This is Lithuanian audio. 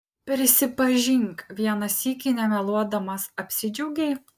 prisipažink vieną sykį nemeluodamas apsidžiaugei